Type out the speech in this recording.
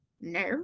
No